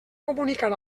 comunicar